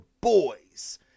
boys